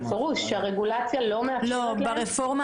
ברפורמה